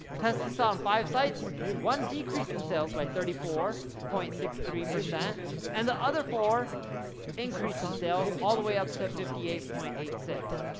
tested this on five sites, one decreased in sales by thirty four point six three and the other four increased in sales all the way up to fifty eight point eight six,